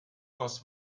goss